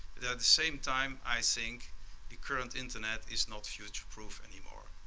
the same time i think the current internet is not future-proof anymore.